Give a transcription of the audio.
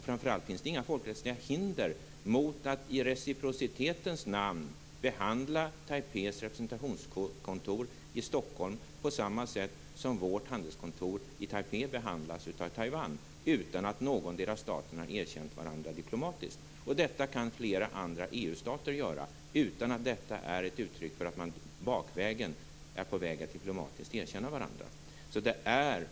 Framför allt finns det inga folkrättsliga hinder mot att i reciprocitetens namn behandla Taipeis representationskontor i Stockholm på samma sätt som vårt handelskontor i Taipei behandlas av Taiwan utan att någondera staten diplomatiskt erkänt den andra. Detta kan flera andra EU-stater göra utan att detta är ett uttryck för att man bakvägen är på väg att diplomatiskt erkänna varandra.